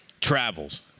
travels